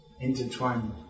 intertwined